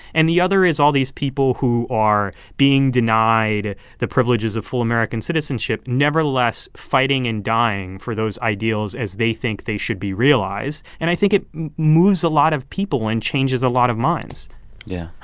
and the other is all these people who are being denied the privileges of full american citizenship nevertheless fighting and dying for those ideals as they think they should be realized. and i think it moves a lot of people and changes a lot of minds yeah.